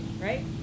right